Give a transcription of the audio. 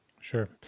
Sure